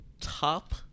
top